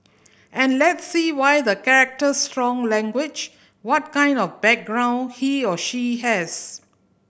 and let's see why the character strong language what kind of background he or she has